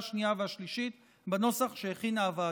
השנייה והשלישית בנוסח שהכינה הוועדה.